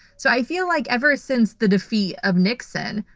so, i feel like ever since the defeat of nixon,